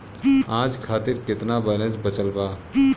आज खातिर केतना बैलैंस बचल बा?